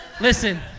Listen